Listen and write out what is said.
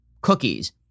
cookies